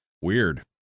Weird